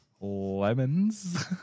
Lemons